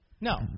No